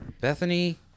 Bethany